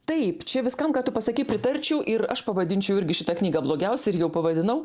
taip čia viskam ką tu pasakei pritarčiau ir aš pavadinčiau irgi šitą knygą blogiausia ir jau pavadinau